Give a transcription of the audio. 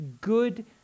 good